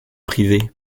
privées